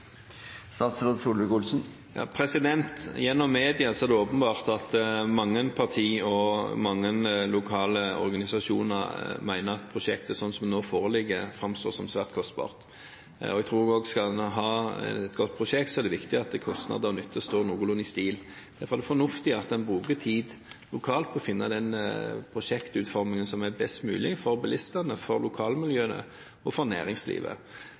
det åpenbart at mange partier og mange lokale organisasjoner mener at prosjektet, slik det nå foreligger, framstår som svært kostbart. Jeg tror også at om man skal ha et godt prosjekt, er det viktig at kostnader og nytte står noenlunde i stil. Derfor er det fornuftig at man bruker tid lokalt på å finne den prosjektutformingen som er best mulig for bilistene, for lokalmiljøene og for næringslivet.